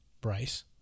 Bryce